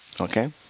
Okay